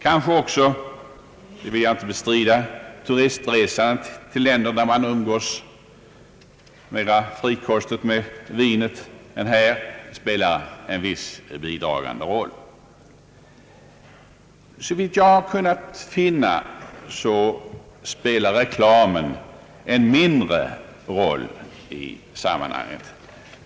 Kanske också — det vill jag inte bestrida — turistresandet till länder, där man umgås mera frikostigt med vinet än i vårt land, spelar en viss bidragande roll. Såvitt jag har kunnat finna spelar reklamen en mindre roll i sammanhanget.